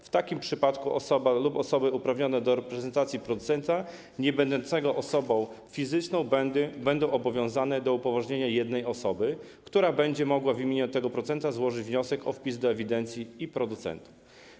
W takim przypadku osoba lub osoby uprawnione do reprezentacji producenta niebędącego osobą fizyczną będą obowiązane do upoważnienia jednej osoby, która będzie mogła w imieniu tego producenta złożyć wniosek o wpis do ewidencji producentów.